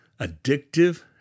addictive